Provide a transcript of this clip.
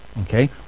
Okay